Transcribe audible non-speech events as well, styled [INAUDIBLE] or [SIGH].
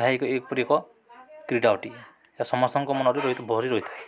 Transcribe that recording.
ଏହା ଏକ ଏକପରି ଏକ କ୍ରୀଡ଼ା ଅଟେ ଏହା ସମସ୍ତଙ୍କ ମନରେ [UNINTELLIGIBLE] ଭରି ରହିଥାଏ